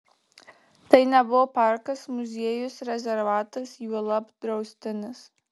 tai nebuvo parkas muziejus rezervatas juolab draustinis